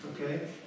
Okay